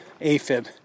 AFib